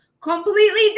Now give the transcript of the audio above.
completely